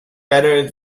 better